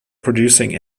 producing